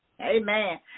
Amen